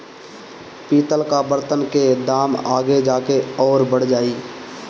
पितल कअ बर्तन के दाम आगे जाके अउरी बढ़ जाई